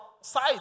side